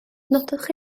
nodwch